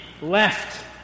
left